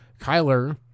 Kyler